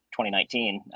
2019